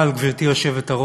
אבל, גברתי היושבת-ראש,